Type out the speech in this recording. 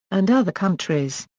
and other countries.